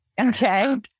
Okay